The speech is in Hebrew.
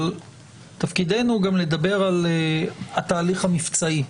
אבל תפקידנו גם לדבר על התהליך המבצעי,